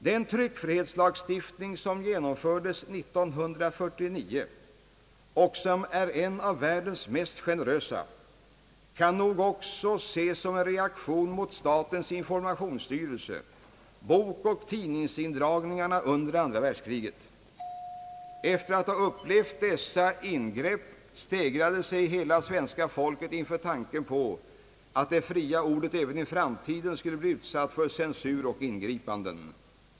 Den tryckfrihetslagstiftning som genomfördes 1949 och som är en av världens mest generösa kan nog också ses som en reaktion mot statens informationsstyrelse, bokoch tidningsindragningarna under andra världskriget. Efter att ha upplevt dessa ingrepp stegrade sig hela svenska folket inför tanken på att det fria ordet även i framtiden skulle bli utsatt för censur och ingripande.